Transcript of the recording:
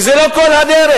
זה לא כל הדרך.